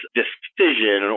decision